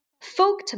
folk